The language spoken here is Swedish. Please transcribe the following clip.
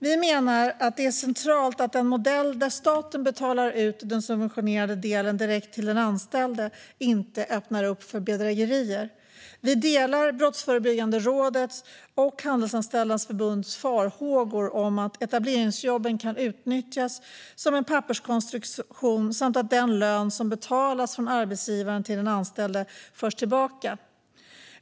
Vi menar att det är centralt att en modell där staten betalar ut den subventionerade delen direkt till den anställde inte öppnar upp för bedrägerier. Vi delar Brottsförebyggande rådets och Handelsanställdas förbunds farhågor om att etableringsjobben kan utnyttjas som en papperskonstruktion, samt att den lön som betalas från arbetsgivaren till den anställde förs tillbaka.